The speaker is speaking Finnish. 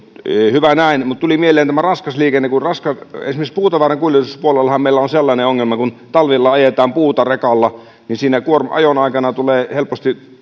hyvä näin mutta tuli mieleen raskas liikenne esimerkiksi puutavarankuljetuspuolellahan meillä on sellainen ongelma että kun talvella ajetaan puuta rekalla niin siinä ajon aikana tulee helposti